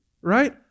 right